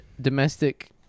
domestic